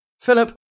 Philip